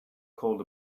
called